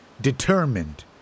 determined